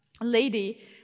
lady